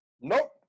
Nope